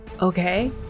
Okay